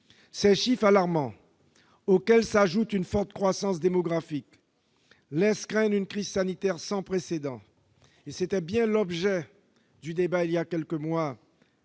Ces chiffres alarmants, auxquels s'ajoute une forte croissance démographique, laissent craindre une crise sanitaire sans précédent. C'était bien l'objet du débat que nous